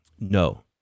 No